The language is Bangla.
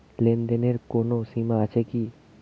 লেনদেনের কোনো সীমা আছে কি?